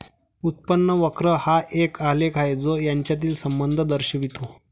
उत्पन्न वक्र हा एक आलेख आहे जो यांच्यातील संबंध दर्शवितो